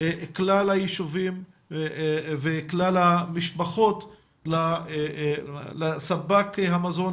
כלל היישובים וכלל המשפחות לספק המזון,